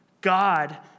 God